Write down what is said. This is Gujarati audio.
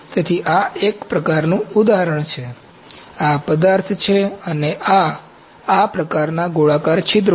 તેથી આ એક પ્રકારનું ઉદાહરણ છે આ પદાર્થ છે અને આ આ પ્રકારના ગોળાકાર છિદ્રો છે